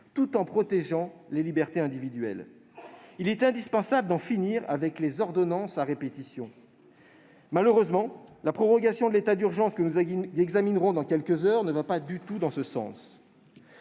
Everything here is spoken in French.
tout en protégeant les libertés individuelles. Il est indispensable d'en finir avec les ordonnances à répétition. Malheureusement, le projet de loi autorisant la prorogation de l'état d'urgence sanitaire que nous examinerons dans quelques heures ne va pas du tout dans ce sens.